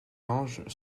ange